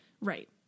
Right